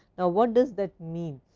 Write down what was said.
now, what does that mean?